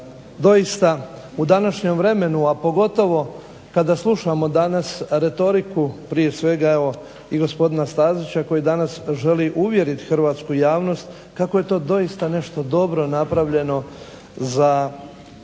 doista u današnjem vremenu a pogotovo kada slušamo danas retoriku prije svega evo i gospodina Stazića koji danas želi uvjeriti hrvatsku javnost kako je to doista nešto dobro napravljeno za